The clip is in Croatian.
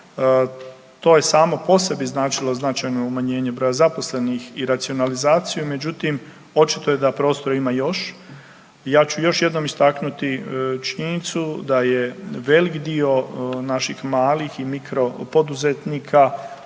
To je samo po sebi značilo značajno umanjenje broja zaposlenih i racionalizaciju, međutim očito je da prostora ima još. Ja ću još jednom istaknuti činjenicu da je velik dio naših malih i mikro poduzetnika